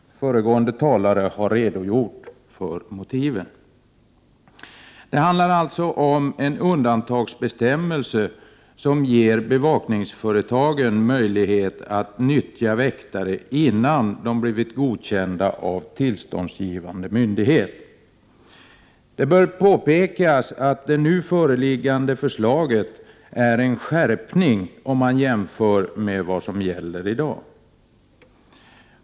Föregående talare har redogjort för motiven. Det handlar alltså om en undantagsbestämmelse som ger bevakningsföretagen möjlighet att nyttja väktare, innan de blivit godkända av tillståndsgivande myndighet. Det bör påpekas att det nu föreliggande förslaget är en skärpning, om man jämför med vad som gäller i dag.